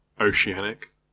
oceanic